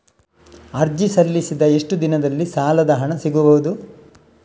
ಅರ್ಜಿ ಸಲ್ಲಿಸಿದ ಎಷ್ಟು ದಿನದಲ್ಲಿ ಸಾಲದ ಹಣ ಸಿಗಬಹುದು?